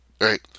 Right